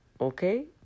Okay